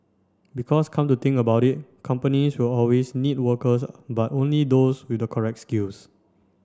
because come to think about it companies will always need workers but only those with the correct skills